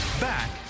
Back